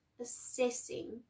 assessing